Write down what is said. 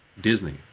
Disney